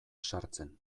sartzen